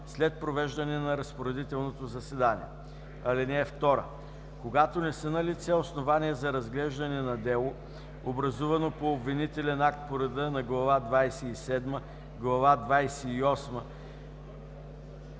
след провеждане на разпоредителното заседание. (2) Когато не са налице основания за разглеждане на дело, образувано по обвинителен акт, по реда на глава двадесет